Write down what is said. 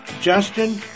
Justin